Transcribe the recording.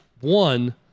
One